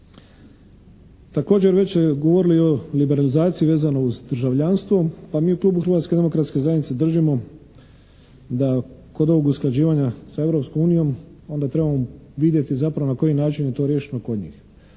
Također već smo govorili i o liberalizaciji vezano uz državljanstvo. Pa mi u klubu Hrvatske demokratske zajednice držimo da kod ovog usklađivanja s Europskom unijom onda trebamo vidjeti zapravo na koji način je to riješeno kod njih?